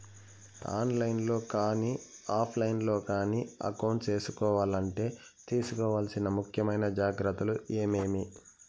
On line లో కానీ offline లో కానీ అకౌంట్ సేసుకోవాలంటే తీసుకోవాల్సిన ముఖ్యమైన జాగ్రత్తలు ఏమేమి?